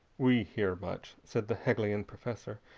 we hear much, said the hegelian professor,